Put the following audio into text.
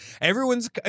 Everyone's